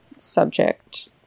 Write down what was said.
subject